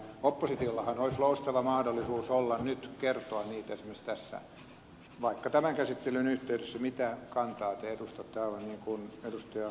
oppositiollahan olisi loistava mahdollisuus nyt kertoa esimerkiksi tässä vaikka tämän käsittelyn yhteydessä mitä kantaa te edustatte aivan niin kuin ed